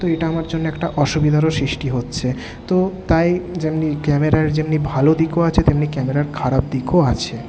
তো এটা আমার জন্য একটা অসুবিধারও সৃষ্টি হচ্ছে তো তাই যেমনি ক্যামেরার যেমনি ভালোদিকও আছে তেমনি ক্যামেরার খারাপদিকও আছে